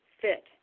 fit